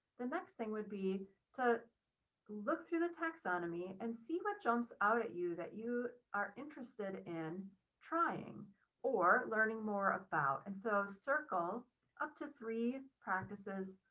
the next thing would be to look through the taxonomy and see what jumps out at you that you are interested in trying or learning more about. and so circle up to three practices,